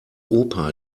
opa